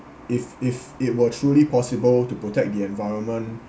if if it were truly possible to protect the environment